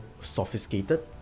sophisticated